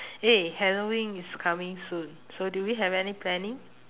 eh halloween is coming soon so do we have any planning